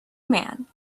man